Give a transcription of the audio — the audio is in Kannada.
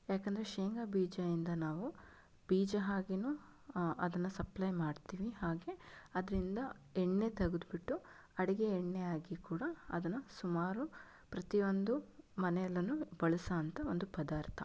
ಯಾಕಂದರೆ ಶೇಂಗ ಬೀಜದಿಂದ ನಾವು ಬೀಜ ಹಾಗೆನು ಅದನ್ನ ಸಪ್ಲೈ ಮಾಡ್ತೀವಿ ಹಾಗೆ ಅದರಿಂದ ಎಣ್ಣೆ ತೆಗೆದ್ಬಿಟ್ಟು ಅಡಿಗೆ ಎಣ್ಣೆ ಆಗಿ ಕೂಡ ಅದನ್ನು ಸುಮಾರು ಪ್ರತಿಯೊಂದು ಮನೆಯಲ್ಲು ಬಳಸುವಂಥ ಒಂದು ಪದಾರ್ಥ